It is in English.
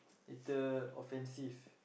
later offensive